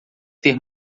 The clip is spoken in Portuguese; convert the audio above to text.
ter